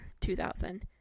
2000